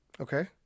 Okay